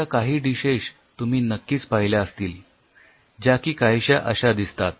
आता काही डिशेश तुम्ही नक्कीच पहिल्या असतील ज्या की काहीश्या अश्या दिसतात